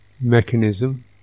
mechanism